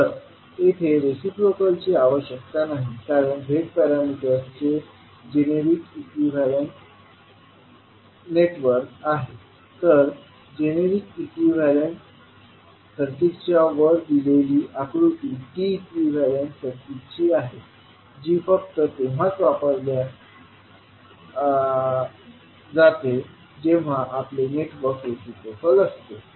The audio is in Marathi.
तर येथे रिसिप्रोकलची आवश्यकता नाही कारण हे Z पॅरामीटर्सचे जनेरिक इक्विवेलेंट नेटवर्क आहे तर जनेरिक सर्किटच्या वर दिलेली आकृती T इक्विवेलेंट सर्किटची आहे जी फक्त तेव्हाच वापरल्या येते जेव्हा आपले नेटवर्क रिसिप्रोकल असेल